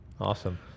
Awesome